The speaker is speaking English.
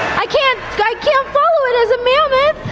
i can't can't follow it as a mammoth.